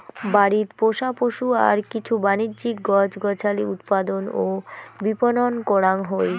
বাড়িত পোষা পশু আর কিছু বাণিজ্যিক গছ গছালি উৎপাদন ও বিপণন করাং হই